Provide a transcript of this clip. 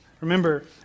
Remember